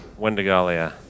Wendigalia